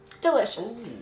Delicious